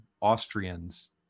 Austrians